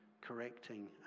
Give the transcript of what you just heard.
correcting